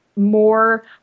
more